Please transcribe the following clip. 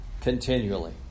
Continually